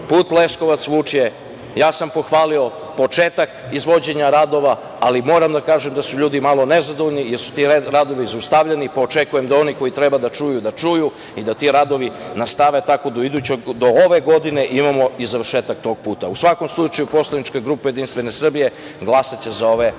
put Leskovac-Vučje, ja sam pohvalio početak izvođenja radova, ali moram da kažem da su ljudi malo nezadovoljni jer su ti radovi zaustavljeni, pa očekujem da oni koji treba da čuju – čuju i da ti radovi nastave tako, da ove godine imamo i završetak tog puta.U svakom slučaju, poslanička grupa Jedinstvene Srbije glasaće za ove